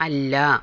അല്ല